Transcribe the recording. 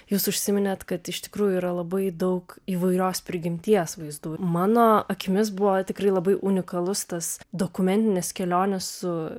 jūs užsiminėt kad iš tikrųjų yra labai daug įvairios prigimties vaizdų mano akimis buvo tikrai labai unikalus tas dokumentinės kelionės su